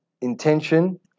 intention